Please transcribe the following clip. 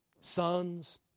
sons